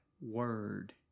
word